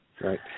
Right